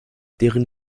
deren